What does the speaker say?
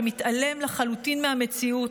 שמתעלם לחלוטין מהמציאות,